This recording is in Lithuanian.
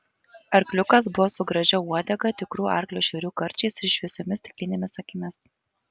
arkliukas buvo su gražia uodega tikrų arklio šerių karčiais ir šviesiomis stiklinėmis akimis